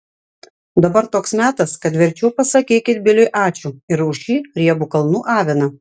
dabar toks metas kad verčiau pasakykit biliui ačiū ir už šį riebų kalnų aviną